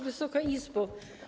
Wysoka Izbo!